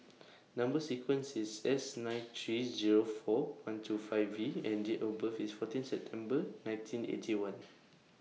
Number sequence IS S nine three Zero four one two five V and Date of birth IS fourteen September nineteen Eighty One